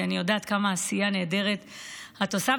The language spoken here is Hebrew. כי אני יודעת כמה עשייה נהדרת את עושה.